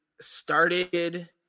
started